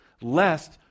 lest